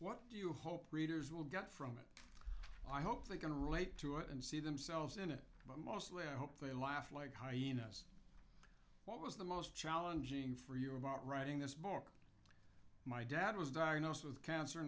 what do you hope readers will get from it i hope they can relate to it and see themselves in it but mostly i hope they laugh like hyena's what was the most challenging for you about writing this book my dad was diagnosed with cancer